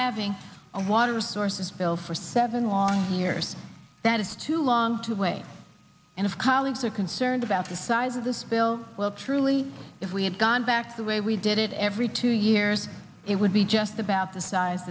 having a water resources bill for seven long years that is too long to wait and of colleagues are concerned about the size of this bill well truly if we had gone back the way we did it every two years it would be just about the size